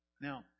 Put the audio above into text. Now